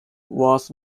was